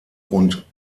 und